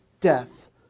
death